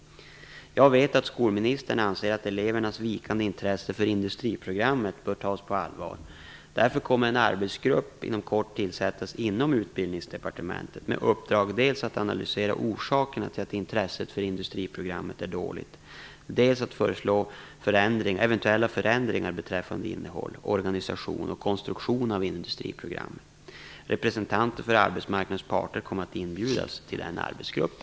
Jag vet att skolministern anser att elevernas vikande intresse för industriprogrammet bör tas på allvar. Därför kommer en arbetsgrupp inom kort tillsättas inom Utbildningsdepartementet med uppdrag dels att analysera orsakerna till att intresset för industriprogrammet är så dåligt, dels att föreslå eventuella förändringar beträffande innehåll, organisation och konstruktion av industriprogrammet. Representanter för arbetsmarknadens parter kommer att inbjudas till arbetsgruppen.